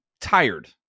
tired